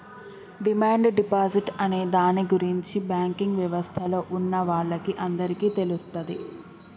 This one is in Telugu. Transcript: డిమాండ్ డిపాజిట్ అనే దాని గురించి బ్యాంకింగ్ యవస్థలో ఉన్నవాళ్ళకి అందరికీ తెలుస్తది